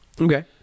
okay